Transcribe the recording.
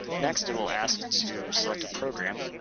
next, it will ask to select a program.